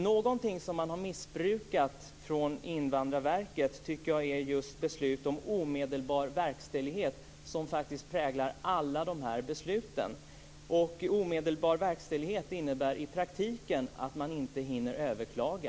Jag tycker att Invandrarverket har missbrukat möjligheten till omedelbar verkställighet, som faktiskt präglar alla besluten. Omedelbar verkställighet innebär i praktiken att man inte hinner överklaga.